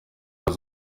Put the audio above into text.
yari